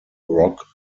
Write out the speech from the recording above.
rock